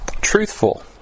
truthful